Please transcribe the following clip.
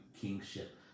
kingship